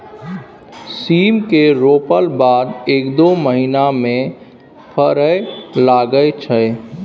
सीम केँ रोपला बाद एक दु महीना मे फरय लगय छै